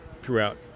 throughout